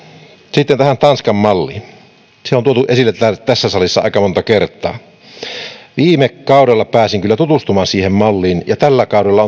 sitten tähän tanskan malliin se on tuotu esille tässä salissa aika monta kertaa viime kaudella pääsin kyllä tutustumaan siihen malliin ja tällä kaudella